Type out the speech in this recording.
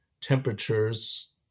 temperatures